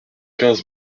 quinze